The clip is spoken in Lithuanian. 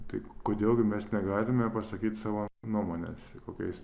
tai kodėl gi mes negalime pasakyt savo nuomonės kokiais